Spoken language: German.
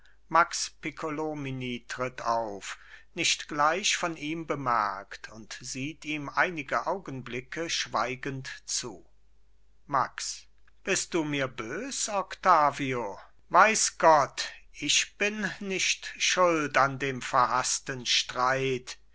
max piccolomini tritt auf nicht gleich von ihm bemerkt und sieht ihm einige augenblicke schweigend zu max bist du mir bös octavio weiß gott ich bin nicht schuld an dem verhaßten streit